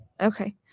Okay